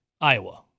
Iowa